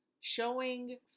showing